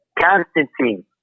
Constantine